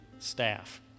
staff